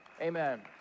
amen